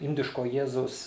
indiško jėzaus